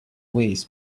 ways